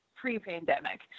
pre-pandemic